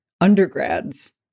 undergrads